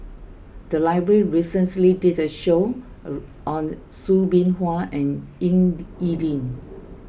the library did a roadshow on Soo Bin Chua and Ying E Ding